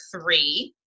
three